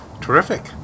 Terrific